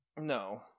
No